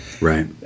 Right